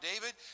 David